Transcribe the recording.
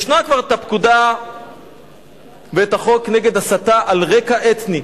ישנה כבר הפקודה וישנו החוק נגד הסתה על רקע אתני,